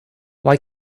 why